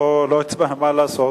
מה לעשות?